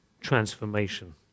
transformation